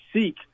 seek